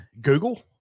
Google